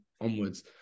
onwards